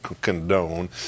condone